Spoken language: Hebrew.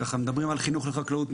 מדברים על חינוך לחקלאות,